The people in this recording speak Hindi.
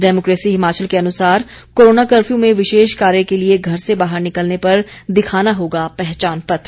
डेमोकेसी हिमाचल के अनुसार कोरोना कफर्यू में विशेष कार्य के लिए घर से बाहर निकलने पर दिखाना होगा पहचान पेत्र